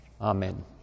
Amen